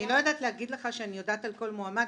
אני לא יודעת להגיד לך שאני יודעת על כל מועמד.